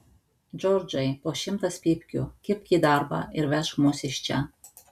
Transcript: džordžai po šimtas pypkių kibk į darbą ir vežk mus iš čia